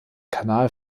kanal